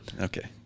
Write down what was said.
Okay